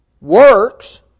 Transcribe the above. works